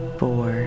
four